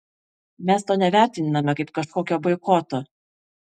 mes to nevertiname kaip kažkokio boikoto